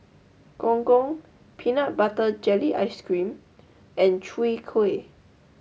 Gong Gong Peanut Butter Jelly Ice Cream and Chwee Kueh